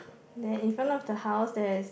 then in front of the house there is